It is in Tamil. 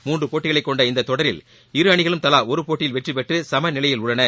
மூன்று போட்டிகளை கொண்ட இந்த தொடரில் இரு அணிகளும் தலா ஒரு போட்டியில் வெற்றி பெற்று சமநிலையில் உள்ளன